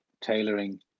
tailoring